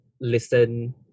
listen